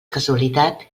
casualitat